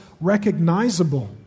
recognizable